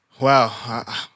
Wow